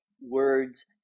words